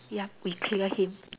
ya we clear him